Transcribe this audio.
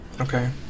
okay